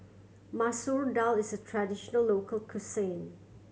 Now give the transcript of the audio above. Masoor Dal is a traditional local cuisine